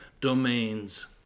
domains